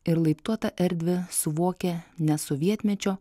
ir laiptuotą erdvę suvokia ne sovietmečio